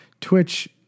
Twitch